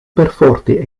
perforte